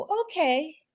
okay